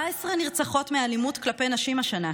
17 נרצחות מאלימות כלפי נשים השנה,